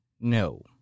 no